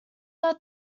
that